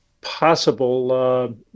possible